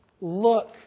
Look